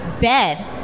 bed